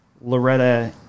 Loretta